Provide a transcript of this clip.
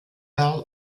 earl